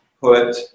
put